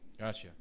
Gotcha